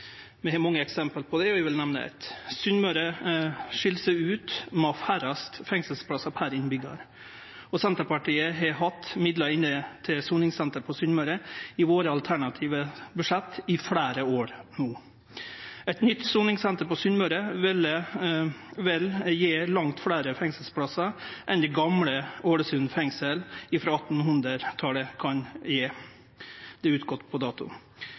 Vi har mange eksempel på det, og eg vil nemne eitt: Sunnmøre skil seg ut med å ha færrast fengselsplassar per innbyggjar. Senterpartiet har hatt midlar inne til soningssenter på Sunnmøre i dei alternative budsjetta sine i fleire år no. Eit nytt soningssenter på Sunnmøre ville vel gje langt fleire fengselsplassar enn det det gamle Ålesund fengsel frå 1800-talet kan gje. Det er gått ut på dato.